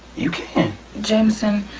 you can. jamerson,